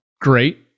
great